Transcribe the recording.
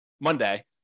monday